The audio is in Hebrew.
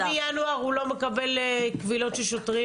שמינואר הוא לא מקבל קבילות של שוטרים?